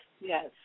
yes